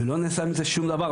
לא נעשה עם זה שום דבר.